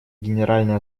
генеральной